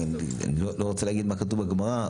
אני לא רוצה להגיד מה כתוב בגמרא.